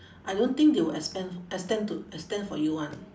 I don't think they will expand extend to extend for you [one]